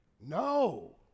No